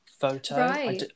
photo